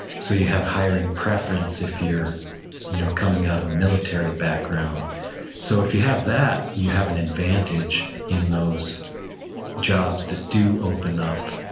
so, you have hiring preference if you're you're coming out of a military background so, if you have that, you have an advantage in those jobs that do open up,